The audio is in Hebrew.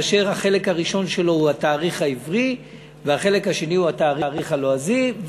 החלק הראשון שלו הוא התאריך העברי והחלק השני הוא התאריך הלועזי,